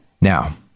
Now